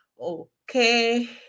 okay